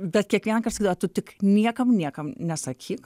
bet kiekvienąkart sakydavo tu tik niekam niekam nesakyk